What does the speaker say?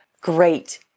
great